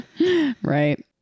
Right